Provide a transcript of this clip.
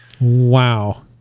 Wow